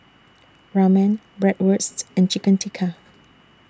Ramen Bratwurst and Chicken Tikka